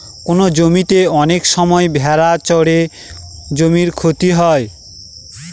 কোনো জমিতে অনেক সময় ভেড়া চড়ে জমির ক্ষতি হয়